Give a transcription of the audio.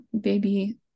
baby